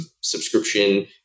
subscription